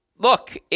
Look